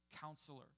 counselor